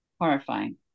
Horrifying